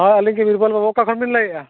ᱦᱳᱭ ᱟᱹᱞᱤᱧ ᱜᱮ ᱵᱤᱨᱵᱚᱞ ᱵᱟᱹᱵᱩ ᱚᱠᱟ ᱠᱷᱚᱱ ᱵᱤᱱ ᱞᱟᱹᱭᱮᱜᱼᱟ